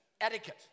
Etiquette